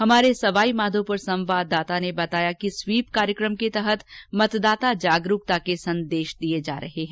हमारे सवाईमाघोपुर संवाददाता ने बताया कि स्वीप कार्यकम के तहत मतदाता जागरूकता संदेश दिए जा रहे हैं